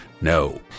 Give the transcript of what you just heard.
No